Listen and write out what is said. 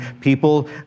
people